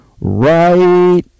right